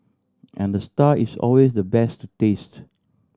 and the star is always the best to taste